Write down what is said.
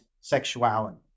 sexuality